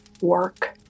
work